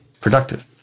productive